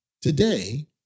Today